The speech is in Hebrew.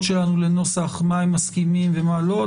שלנו לנוסח על מה הם מסכימים ומה לא.